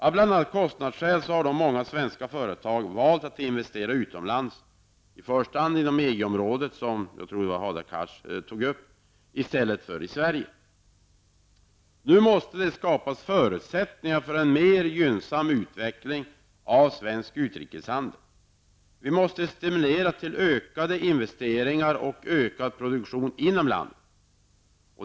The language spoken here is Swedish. Av bl.a. kostnadsskäl har många svenska industriföretag valt att investera utomlands, i första hand inom EG-området, som också Hadar Cars sade, i stället för i Sverige. Nu måste det skapas förutsättningar för en mer gynnsam utveckling av svensk utrikeshandel. Vi måste stimulera till ökade investeringar och ökad produktion inom landet.